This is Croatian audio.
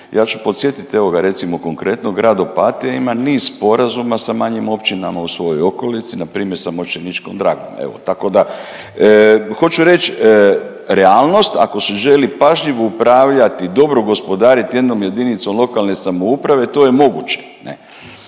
ja ću podsjetit evo ga recimo konkretno Grad Opatija ima niz sporazuma sa manjim općinama u svojoj okolici npr. sa Mošćenićkom Dragom, evo tako da. Hoću reć realnost ako se želi pažljivo upravljati, dobro gospodariti jednom jedinicom lokalne samouprave to je moguće.